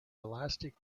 elastic